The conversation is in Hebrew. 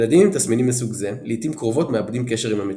ילדים עם תסמינים מסוג זה לעיתים קרובות מאבדים קשר עם המציאות.